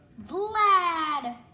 Vlad